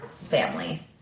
family